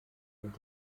und